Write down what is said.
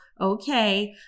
Okay